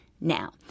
now